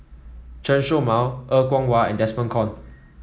Chen Show Mao Er Kwong Wah and Desmond Kon